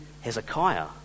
Hezekiah